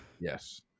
yes